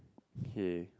okay